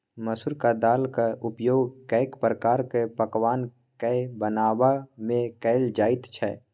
मसुरिक दालिक उपयोग कैक प्रकारक पकवान कए बनेबामे कएल जाइत छै